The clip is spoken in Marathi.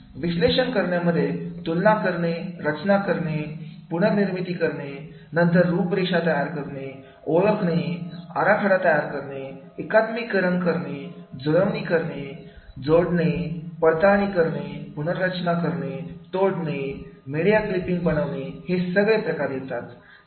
विश्लेषण करण्यामध्ये तुलना करणे रचना करणे पुनर्निर्मिती करणे नंतर रूपरेषा तयार करणे ओळखणे आराखडा तयार करणे एकात्मीकरण करणे जुळणी करणे जोडणे पडताळणी करणे पुनर्रचना करणे तोडणे मीडिया क्लिपिंग बनवणे हे सगळे केले जाते